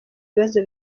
ibibazo